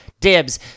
Dibs